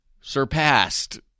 surpassed